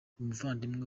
umuvandimwe